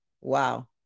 Wow